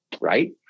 Right